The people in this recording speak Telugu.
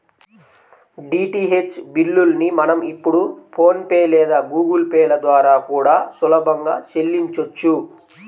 డీటీహెచ్ బిల్లుల్ని మనం ఇప్పుడు ఫోన్ పే లేదా గుగుల్ పే ల ద్వారా కూడా సులభంగా చెల్లించొచ్చు